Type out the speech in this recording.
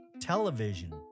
television